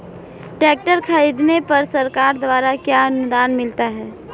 Tractor खरीदने पर सरकार द्वारा क्या अनुदान मिलता है?